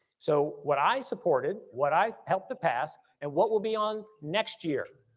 so what i supported, what i helped the pass and what will be on next year